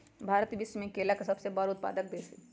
भारत विश्व में केला के सबसे बड़ उत्पादक देश हई